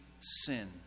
sin